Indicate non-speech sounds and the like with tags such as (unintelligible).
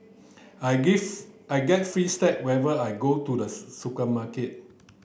I (unintelligible) I get free snack whenever I go to the supermarket